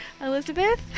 elizabeth